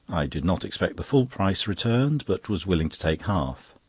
i did not expect the full price returned, but was willing to take half.